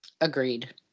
Agreed